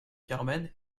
carmen